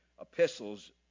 epistles